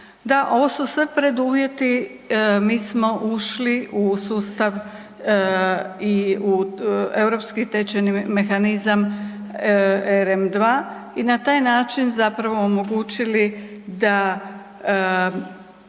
Da, ovo su sve preduvjeti. Mi smo ušli u sustav i u Europski tečajni mehanizam ERM 2 i na taj način zapravo omogućili da